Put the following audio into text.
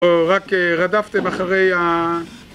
או רק רדפתם אחרי ה...